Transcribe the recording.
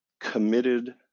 committed